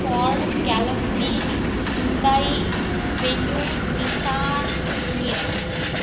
ford galaxy Hyundai venue Nissan junior